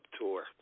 tour